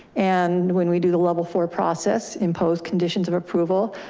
and when we do the level four process imposed conditions of approval,